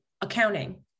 accounting